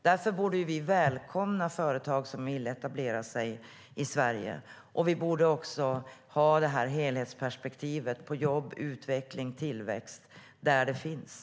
Därför borde vi välkomna företag som vill etablera sig i Sverige, och vi borde också ha helhetsperspektivet på jobb, utveckling och tillväxt där det finns.